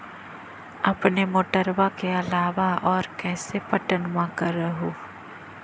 अपने मोटरबा के अलाबा और कैसे पट्टनमा कर हू?